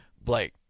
Blake